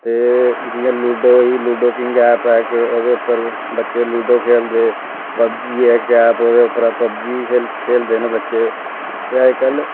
ते जियां लुड़ो होई लुडो किंग ऐप दा उ'दे पर बच्चे लुडो खेलदे पबजी इक ऐप ऐ उदे उप्परां पबजी खेलदे न बच्चे ते अज्जकल बहोत सारी